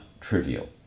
trivial